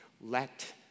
let